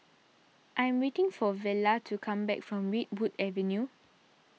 I am waiting for Vella to come back from Redwood Avenue